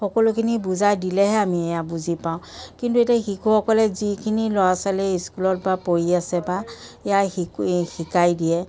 সকলোখিনি বুজাই দিলেহে আমি এয়া বুজি পাওঁ কিন্তু এতিয়া শিশুসকলে যিখিনি ল'ৰা ছোৱালী ইস্কুলত বা পঢ়ি আছে বা ইয়াৰ শিকোৱে শিকাই দিয়ে